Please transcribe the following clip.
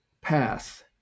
path